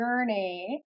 journey